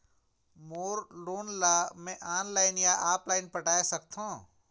मोर loan ला मैं online या ऑफलाइन पटाए सकथों?